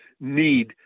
need